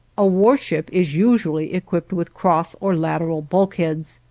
a warship is usually equipped with cross or lateral bulkheads,